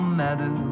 matter